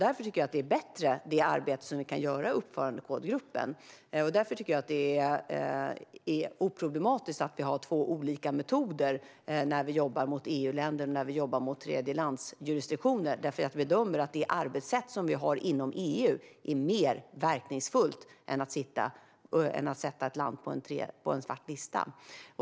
Därför tycker jag att det arbete som vi kan göra i uppförandekodgruppen är bättre. Jag tycker att det är oproblematiskt att vi har två olika metoder när vi jobbar mot EU-länder respektive mot tredjelandsjurisdiktioner, eftersom jag bedömer att det arbetssätt som vi har inom EU är mer verkningsfullt än att sätta ett land på en svart lista.